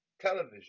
television